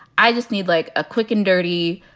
i just need like a quick and dirty,